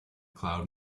cloud